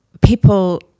people